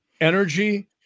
energy